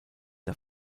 der